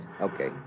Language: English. okay